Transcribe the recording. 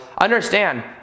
understand